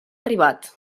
arribat